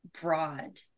broad